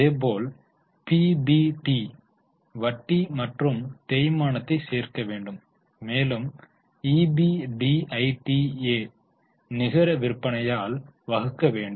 அதேபோல் பிபிடி ஐ வட்டி மற்றும் தேய்மானத்தை சேர்க்க வேண்டும் மேலும் ஈபிடிஐடிஎ ஐ நிகர விற்பனையால் வகுக்க வேண்டும்